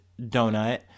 donut